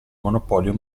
monopolio